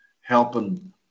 helping